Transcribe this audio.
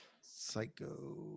Psycho